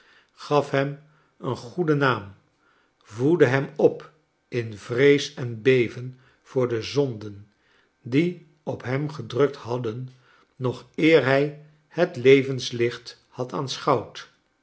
gaf hem een goeden naam voedde hem op in vrees en beven voor de zonden die op hem gedrukt hadden nog eer hij het levenslicht had